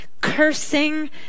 Cursing